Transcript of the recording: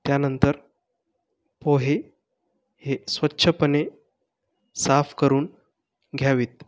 त्यानंतर पोहे हे स्वच्छपणे साफ करून घ्यावेत